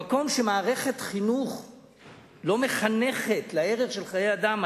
במקום שמערכת החינוך לא מחנכת לערך של חיי אדם,